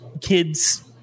kids